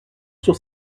sur